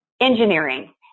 engineering